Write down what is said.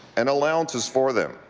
and allowances for them.